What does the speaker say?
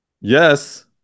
Yes